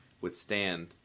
withstand